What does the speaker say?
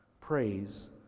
Praise